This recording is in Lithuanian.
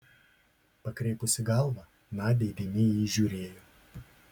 pakreipusi galvą nadia įdėmiai į jį žiūrėjo